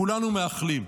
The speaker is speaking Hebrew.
כולנו מאחלים.